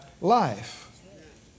life